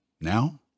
now